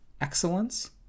excellence